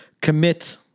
Commit